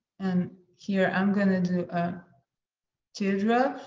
and here, i'm gonna do a teardrop.